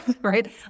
right